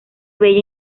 bella